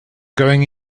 going